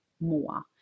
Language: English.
more